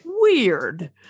Weird